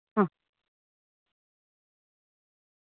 હં